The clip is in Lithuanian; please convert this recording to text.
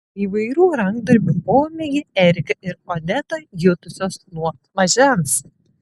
įvairių rankdarbių pomėgį erika ir odeta jutusios nuo mažens